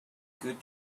good